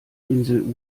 insel